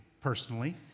personally